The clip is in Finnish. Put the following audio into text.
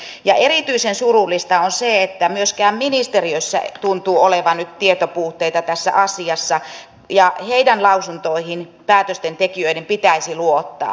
ja erityisen surullista on se että myöskin ministeriössä tuntuu olevan nyt tietopuutteita tässä asiassa ja heidän lausuntoihinsa päätöstentekijöiden pitäisi luottaa